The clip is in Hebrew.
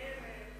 היא חיה וקיימת.